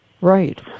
Right